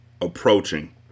approaching